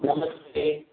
नमस्ते